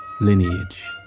lineage